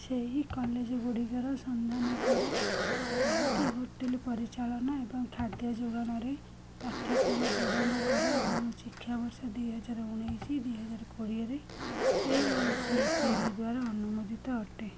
ସେହି କଲେଜଗୁଡ଼ିକର ସନ୍ଧାନ କର ଯାହାକି ହୋଟେଲ ପରିଚାଳନା ଏବଂ ଖାଦ୍ୟ ଯୋଗାଣରେ ପାଠ୍ୟକ୍ରମ ପ୍ରଦାନ କରେ ଏବଂ ଶିକ୍ଷାବର୍ଷ ଦୁଇହଜାର ଉଣେଇଶ ଦୁଇହଜାର କୋଡ଼ିଏରେ A I C T E ଦ୍ଵାରା ଅନୁମୋଦିତ ଅଟେ